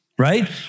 right